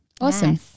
awesome